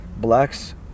Blacks